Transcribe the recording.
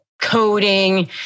coding